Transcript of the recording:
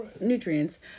nutrients